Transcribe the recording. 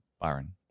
Byron